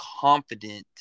confident